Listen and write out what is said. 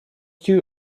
two